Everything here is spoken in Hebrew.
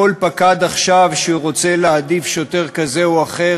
כל פקד עכשיו שרוצה להעדיף שוטר כזה או אחר,